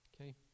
okay